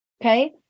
Okay